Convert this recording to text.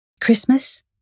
Christmas